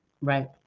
Right